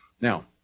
Now